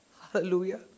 Hallelujah